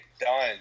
done